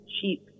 cheap